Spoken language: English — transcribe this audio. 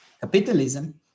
capitalism